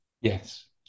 Yes